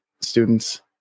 students